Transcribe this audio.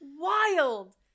wild